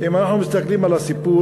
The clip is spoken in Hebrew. אם אנחנו מסתכלים על הסיפור,